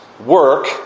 work